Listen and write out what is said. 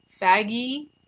faggy